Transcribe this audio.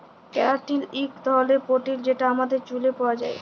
ক্যারাটিল ইক ধরলের পোটিল যেট আমাদের চুইলে পাউয়া যায়